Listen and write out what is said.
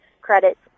credits